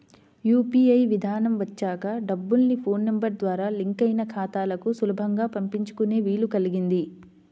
UPI విధానం వచ్చాక డబ్బుల్ని ఫోన్ నెంబర్ ద్వారా లింక్ అయిన ఖాతాలకు సులభంగా పంపించుకునే వీలు కల్గింది